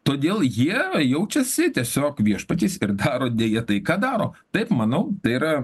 todėl jie jaučiasi tiesiog viešpačiais ir daro deja tai ką daro taip manau tai yra